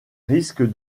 risque